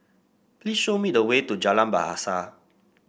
please show me the way to Jalan Bahasa